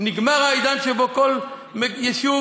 נגמר העידן שבו בנוגע לכל יישוב,